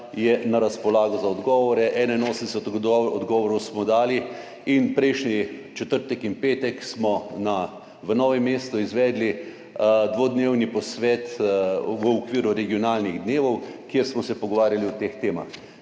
je na razpolago za odgovore, 81 odgovorov smo dali in prejšnji četrtek in petek smo v Novem mestu izvedli dvodnevni posvet v okviru regionalnih dnevov, kjer smo se pogovarjali o teh temah.